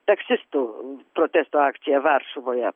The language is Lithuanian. taksistų protesto akcija varšuvoje